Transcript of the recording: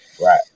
Right